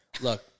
Look